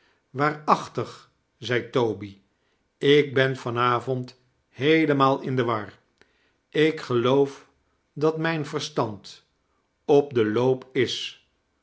waarachtig zei toby ik ben van avond heelemaal in de war ik geloof dat mijn verstand op den loop is